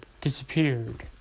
disappeared